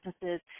businesses